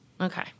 Okay